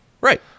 Right